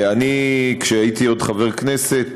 כשהייתי עוד חבר כנסת,